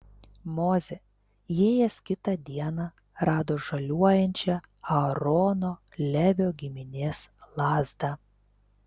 mozė įėjęs kitą dieną rado žaliuojančią aarono levio giminės lazdą